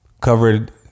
covered